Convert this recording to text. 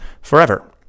forever